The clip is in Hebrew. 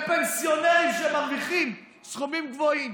לפנסיונרים שמרוויחים סכומים גבוהים,